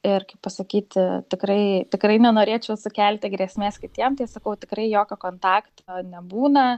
ir kaip pasakyti tikrai tikrai nenorėčiau sukelti grėsmės kitiem tai sakau tikrai jokio kontakto nebūna